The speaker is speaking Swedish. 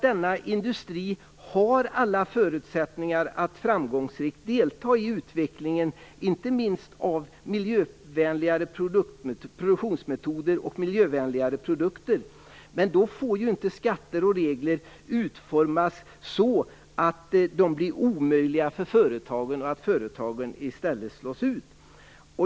Denna industri har alla förutsättningar att framgångsrikt delta i utvecklingen inte minst av miljövänligare produktionsmetoder och miljövänligare produkter. Då får inte skatter och regler utformas så att de blir omöjliga för företagen och att företagen i stället slås ut.